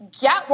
get